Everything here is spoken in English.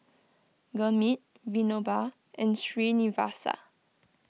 Gurmeet Vinoba and Srinivasa